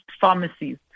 pharmacies